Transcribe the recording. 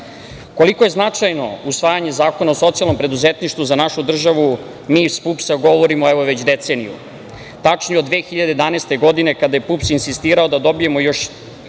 je značajno usvajanje Zakona o socijalnom preduzetništvu za našu državu mi iz PUPS-a govorimo evo već deceniju, tačnije od 2011. godine kada je PUPS insistirao da dobijemo